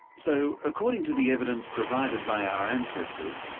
so, according to the evidence provided by our ancestors,